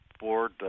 board